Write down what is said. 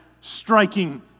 striking